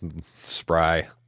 spry